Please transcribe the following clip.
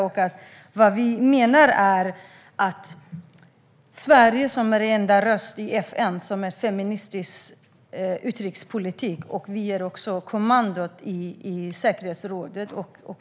Sverige är den enda rösten i FN med en feministisk utrikespolitik, och vi ger kommandot i säkerhetsrådet.